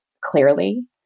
clearly